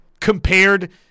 compared